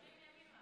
מימים ימימה.